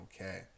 okay